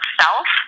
self